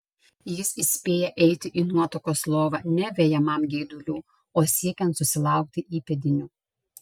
jis įspėja eiti į nuotakos lovą ne vejamam geidulių o siekiant susilaukti įpėdinių